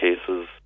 cases